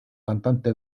cantante